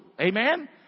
Amen